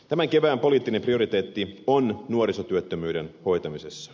tämän kevään poliittinen prioriteetti on nuorisotyöttömyyden hoitamisessa